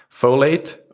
folate